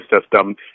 system